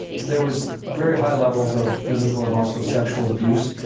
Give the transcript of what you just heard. there was very high levels of physical and also sexual abuse.